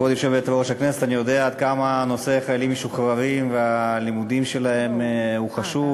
אני יודע עד כמה נושא חיילים משוחררים והלימודים שלהם חשוב,